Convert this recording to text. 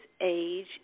age